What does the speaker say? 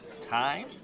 Time